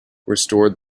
restored